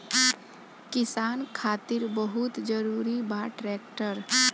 किसान खातिर बहुत जरूरी बा ट्रैक्टर